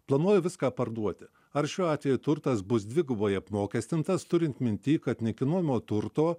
planuoju viską parduoti ar šiuo atveju turtas bus dvigubai apmokestintas turint mintyje kad nekilnojamo turto